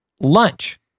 Lunch